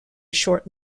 short